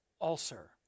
Ulcer